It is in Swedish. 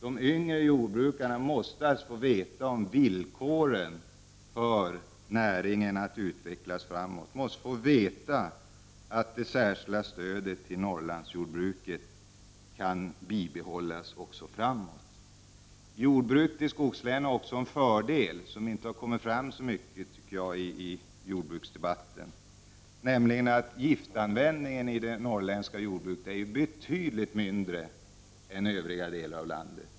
De yngre jordbrukarna måste få veta villkoren för näringen att utvecklas, och de måste få veta att stödet till Norrlandsjordbruket kan bibehållas också i framtiden. Jordbruket i skogslänen har också en fördel som inte har kommit fram så mycket i jordbruksdebatten, nämligen att giftanvändningen är betydligt mindre än den är i övriga delar av landet.